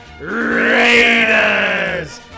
Raiders